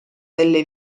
delle